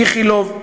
איכילוב,